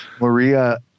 Maria